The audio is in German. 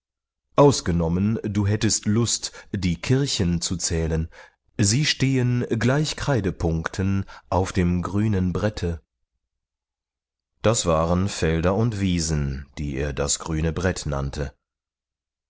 ausgenommen du hättest lust die kirchen zu zählen sie stehen gleich kreidepunkten auf dem grünen brette das waren felder und wiesen die er das grüne brett nannte